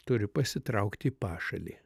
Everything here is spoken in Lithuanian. turi pasitraukti į pašalį